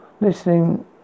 Listening